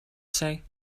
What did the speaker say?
say